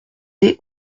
des